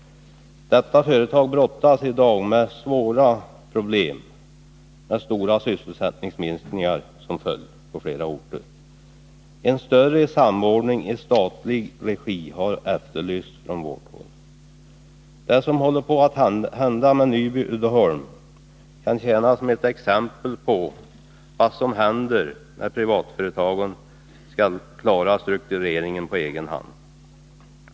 Detta företag brottas i dag med svåra problem med på flera orter stora sysselsättningsminskningar som följd. En större samordning i statlig regi har efterlysts från vårt håll. Det som håller på att hända med Nyby Uddeholm AB kan tjäna som exempel på vad som sker när privatföretagen skall klara struktureringen på egen hand.